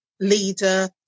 leader